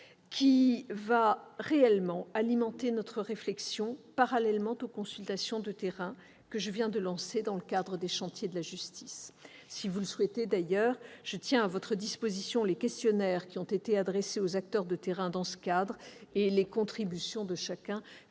qui alimentera notre réflexion, parallèlement aux consultations de terrain lancées dans le cadre des chantiers de la justice. Si vous le souhaitez, je tiens à votre disposition les questionnaires qui ont été adressés aux acteurs de terrain dans ce cadre. Les contributions de chacun